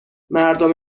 مردم